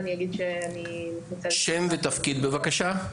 שירה עמיאל בן אבא,